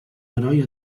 heroi